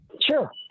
Sure